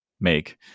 make